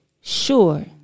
sure